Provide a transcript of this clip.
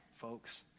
folks